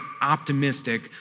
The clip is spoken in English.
optimistic